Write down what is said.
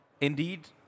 indeed